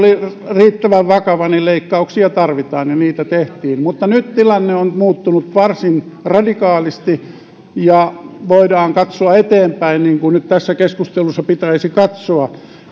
riittävän vakava niin leikkauksia tarvittiin ja niitä tehtiin mutta nyt tilanne on muuttunut varsin radikaalisti ja voidaan katsoa eteenpäin niin kuin tässä keskustelussa pitäisi katsoa